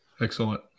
Excellent